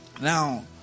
Now